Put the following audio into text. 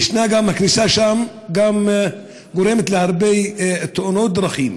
יש כניסה שגורמת להרבה תאונות דרכים.